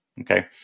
okay